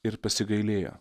ir pasigailėjo